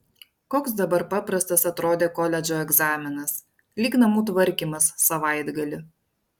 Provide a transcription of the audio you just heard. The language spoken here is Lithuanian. koks dabar paprastas atrodė koledžo egzaminas lyg namų tvarkymas savaitgalį